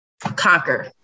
conquer